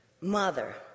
Mother